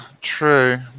true